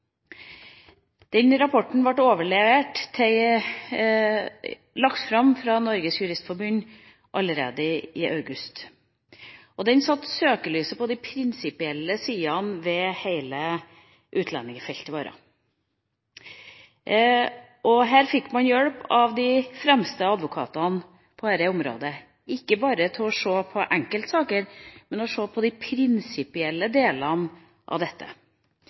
rapporten ble lagt fram av Norges Juristforbund allerede i august, og den satte søkelyset på de prinsipielle sidene ved hele utlendingsfeltet vårt. Her fikk man hjelp av de fremste advokatene på dette området til ikke bare å se på enkeltsaker, men til å se på de prinsipielle delene av dette.